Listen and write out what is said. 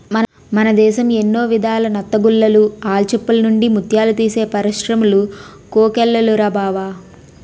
మన దేశం ఎన్నో విధాల నత్తగుల్లలు, ఆల్చిప్పల నుండి ముత్యాలు తీసే పరిశ్రములు కోకొల్లలురా బావా